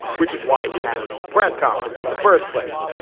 which is why he had the press conference in the first place.